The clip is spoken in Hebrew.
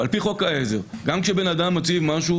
על פי חוק העזר גם כשבן אדם מציב משהו